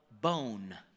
bone